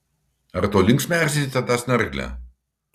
ar tau linksma erzinti tą snarglę